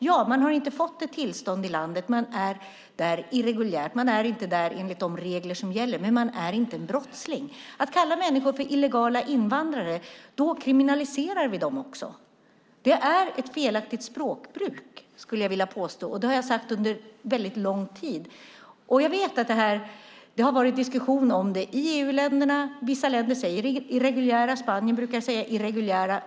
Ja, man har inte fått ett tillstånd i landet men är där irreguljärt. Man är inte där enligt de regler som gäller, men man är inte en brottsling. När vi kallar människor för illegala invandrare kriminaliserar vi dem. Det är ett felaktigt språkbruk, skulle jag vilja påstå, och det har jag sagt under väldigt lång tid. Jag vet att det har varit diskussion om detta i EU-länderna. I vissa länder säger man irreguljär, i Spanien säger man det.